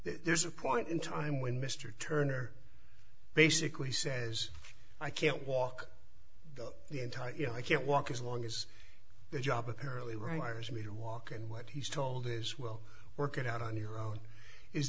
there's a point in time when mr turner basically says i can't walk the entire you know i can't walk as long as the job apparently writer's me to walk and what he's told is well work it out on your own is